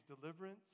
deliverance